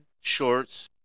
shorts